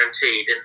guaranteed